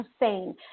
insane